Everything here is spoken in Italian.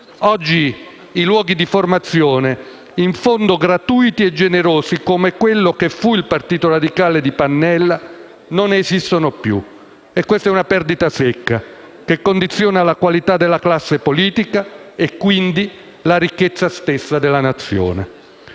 Oggi di luoghi di formazione, in fondo gratuiti e generosi, come quello che fu il Partito Radicale di Pannella, non ne esistono più. E questa è una perdita secca che condiziona la qualità della classe politica e quindi la ricchezza stessa della Nazione.